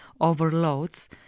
overloads